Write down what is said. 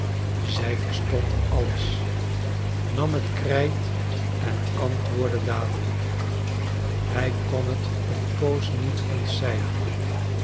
zij verstond alles nam het krijt en antwoordde dadelijk hij kon het een poos niet ontcijferen